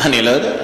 אני לא יודע.